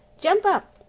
jump up.